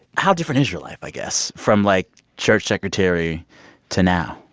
how different is your life i guess from, like, church secretary to now?